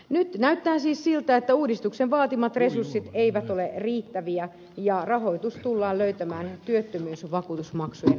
nyt näyttää siis siltä että uudistuksen vaatimat resurssit eivät ole riittäviä ja rahoitus tullaan löytämään työttömyysvakuutusmaksujen alenemisen kautta